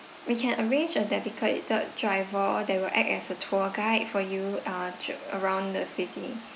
we can arrange a dedicated driver or they will act as a tour guide for you uh around the city